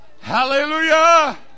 Hallelujah